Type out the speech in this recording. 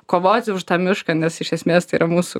kovoti už tą mišką nes iš esmės tai yra mūsų